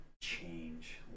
change